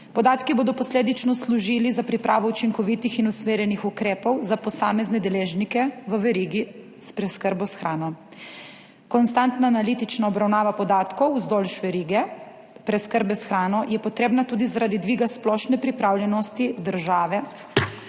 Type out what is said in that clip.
Podatki bodo posledično služili za pripravo učinkovitih in usmerjenih ukrepov za posamezne deležnike v verigi s preskrbo s hrano. Konstantna analitična obravnava podatkov vzdolž verige preskrbe s hrano je potrebna tudi zaradi dviga splošne pripravljenosti države